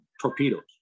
torpedoes